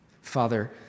Father